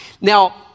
Now